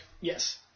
Yes